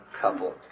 couple